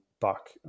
buck